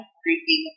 creepy